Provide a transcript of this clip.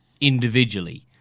individually